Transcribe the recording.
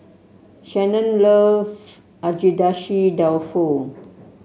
Shanon love Agedashi Dofu